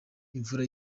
imvura